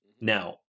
now